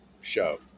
show